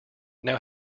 now